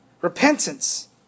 Repentance